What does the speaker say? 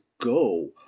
go